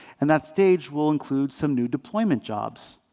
and that stage will include some new deployment jobs.